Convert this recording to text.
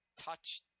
touch